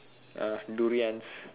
uh durians